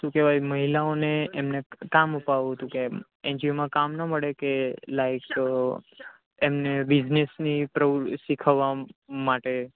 શુ કહેવાય મહિલાઓને એમને કામ અપાવું હતું કે એનજીઓમાં કામ ના મળે કે લાઇક એમને બિઝનેસની પ્રવુ શીખવવા માટે